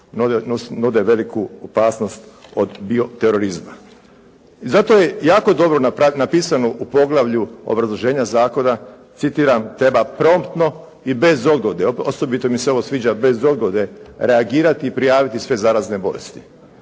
nude veliku opasnost od bio terorizma. I zato je jako dobro napisano u poglavlju obrazloženja zakona, citiram: «Treba promptno i bez odgode, osobito mi se ovo sviđa bez odgode reagirati i prijaviti sve zarazne bolesti.»